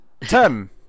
Tim